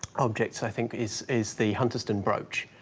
objects i think is is the hunterston brooch,